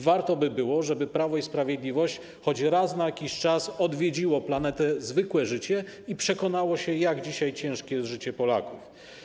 Warto by było, żeby Prawo i Sprawiedliwość choć raz na jakiś czas odwiedziło planetę: zwykłe życie i przekonało się, jak ciężkie jest dzisiaj życie Polaków.